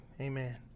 Amen